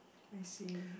I see